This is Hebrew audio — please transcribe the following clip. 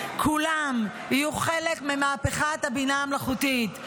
כולם יהיו חלק ממהפכת הבינה המלאכותית.